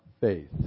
faith